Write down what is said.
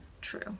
true